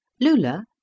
Lula